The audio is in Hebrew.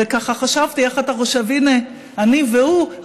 חשבתי איך אתה חושב: הינה, אני והוא.